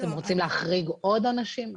אתם רוצים להחריג עוד אנשים?